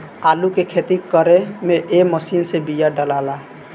आलू के खेती करे में ए मशीन से बिया डालाला